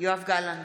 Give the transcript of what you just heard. יואב גלנט,